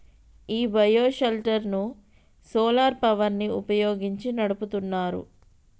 ఈ bio shelter ను solar power ని వుపయోగించి నడుపుతున్నారు